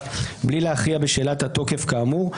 בלי להכריע בשאלת התוקף כאמור,